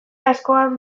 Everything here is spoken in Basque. askotan